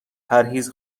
پرهیز